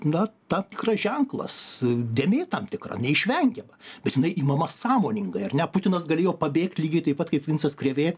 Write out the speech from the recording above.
na tam tikras ženklas dėmė tam tikra neišvengiama bet jinai imama sąmoningai ar ne putinas galėjo pabėgt lygiai taip pat kaip vincas krėvė